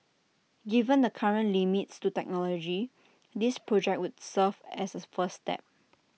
given the current limits to technology this project would serve as A first step